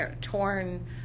torn